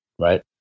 right